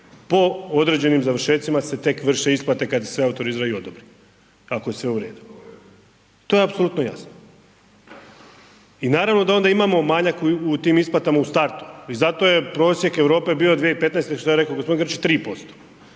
po određenim završetcima se tek vrše isplate kada sve autorizira i odobri, ako je sve u redu. To je apsolutno jasno. I naravno da onda imamo manjak u tim isplatama u startu. I zato je prosjek Europe bio 2015. što je gospodin Grčić 3%.